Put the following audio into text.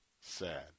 sad